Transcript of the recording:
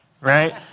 right